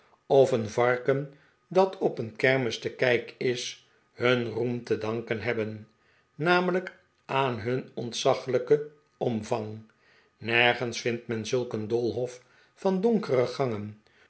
of een varken dat op een kermis te kijk is hun roem te danlcen hebben namelijk aan hun ontzaglijken omvang nergens vindt men zulk een doolhof van donkere gangen